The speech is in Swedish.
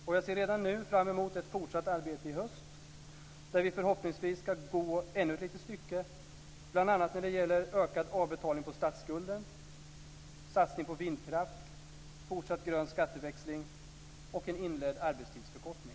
Och jag ser redan nu fram emot ett fortsatt arbete i höst, där vi förhoppningsvis ska gå ännu ett litet stycke, bl.a. när det gäller ökad avbetalning på statsskulden, satsning på vindkraft, fortsatt grön skatteväxling och en inledd arbetstidsförkortning.